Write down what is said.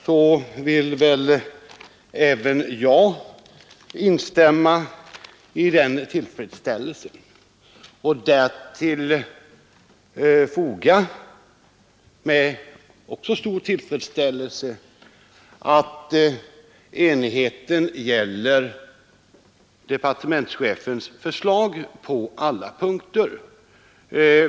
Jag vill ansluta mig till den tillfredsställelsen och därtill foga en stor tillfredsställelse över att enigheten gäller departementschefens förslag på alla punkter.